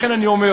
לכן אני אומר,